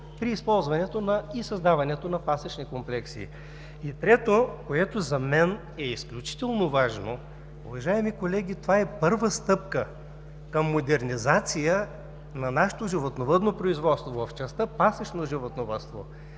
при използването и създаването на пасищни комплекси. И трето, което за мен е изключително важно, уважаеми колеги, това е първа стъпка към модернизация на нашето животновъдно производство в частта „Пасищно животновъдство“.